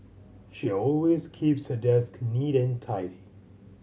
she always keeps her desk neat and tidy